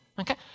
Okay